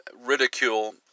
ridicule